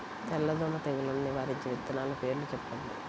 తెల్లదోమ తెగులును నివారించే విత్తనాల పేర్లు చెప్పండి?